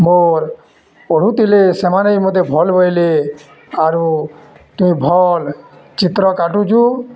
ମୋର୍ ପଢ଼ୁଥିଲେ ସେମାନେ ବି ମତେ ଭଲ୍ ବଏଲେ ଆରୁ ତୁଇ ଭଲ୍ ଚିତ୍ର କାଟୁଛୁ